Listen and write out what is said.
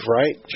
right